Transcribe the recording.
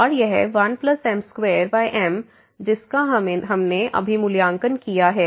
और यह 1m2m जिसका हमने अभी मूल्यांकन किया है